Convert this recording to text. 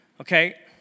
Okay